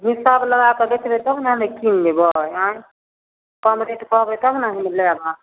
हिसाब लगाकऽ देखबै तब ने कीनि लेबै अँए कम रेट कहबै तब ने हम लेब अहाँ